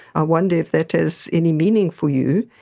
i wonder if that has any meaning for you.